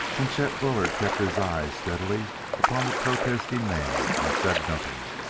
and chet bullard kept his eyes steadily upon the protesting man and said nothing,